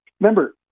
Remember